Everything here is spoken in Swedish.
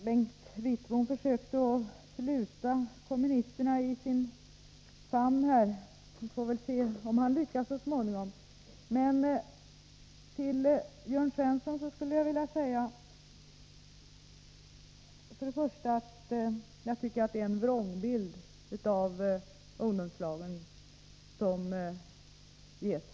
Bengt Wittbom försökte sluta kommunisterna i sin famn, och vi får väl se om han lyckas så småningom. Till Jörn Svensson skulle jag först och främst vilja säga att jag tycker det är en vrångbild av ungdomslagen som här ges.